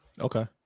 Okay